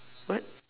what